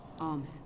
Amen